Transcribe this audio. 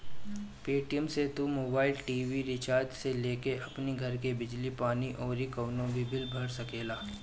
Paytm से तू mobile, TV recharge से लेके अपनी घर के बिजली पानी अउरी कवनो भी बिल भर सकेला